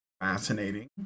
fascinating